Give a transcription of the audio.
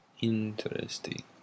Interesting